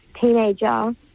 teenager